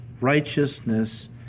righteousness